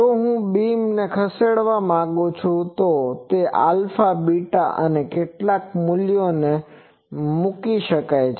જો હું બીમ ખસેડવા માગું છું તો તે આલ્ફા બીટા માટે કેટલાક મૂલ્યો મૂકીને કરી શકાય છે